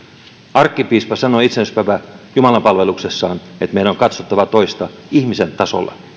arkkipiispa sanoi itsenäisyyspäivän jumalanpalveluksessa että meidän on katsottava toista ihmisen tasolla